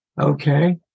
Okay